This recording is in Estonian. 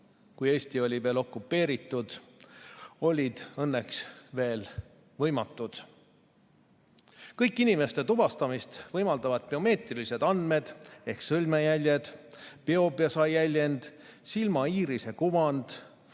kui Eesti oli okupeeritud, oli õnneks veel võimatu. Kõik inimeste tuvastamist võimaldavad biomeetrilised andmed ehk sõrmejäljed, peopesajäljend, silmaiirisekujutis,